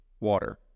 water